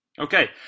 Okay